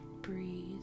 breathe